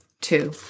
two